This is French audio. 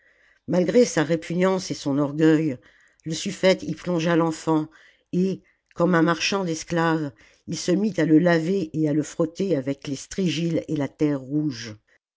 malgré sa répugnance et son orgueil le sufïete y plongea l'enfant et comme un marchand d'esclaves il se mit à le laver et à le frotter avec les strigiles et la terre rouge